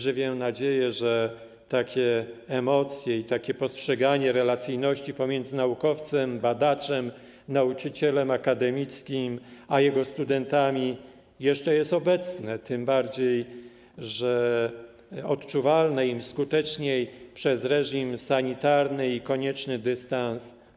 Żywię nadzieję, że takie emocje i takie postrzeganie relacyjności pomiędzy naukowcem, badaczem, nauczycielem akademickim a jego studentami jeszcze jest obecne, tym bardziej odczuwalne, im skuteczniej ograniczone przez reżim sanitarny i konieczny dystans.